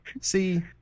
See